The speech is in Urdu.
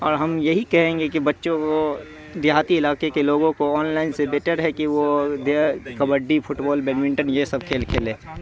اور ہم یہی کہیں گے کہ بچوں کو دیہاتی علاقے کے لوگوں کو آن لائن سے بیٹر ہے کہ وہ kabaddi football badminton یہ سب کھیل کھیلے